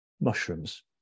mushrooms